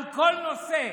על כל נושא.